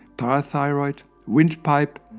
parathyroid, windpipe,